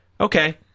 okay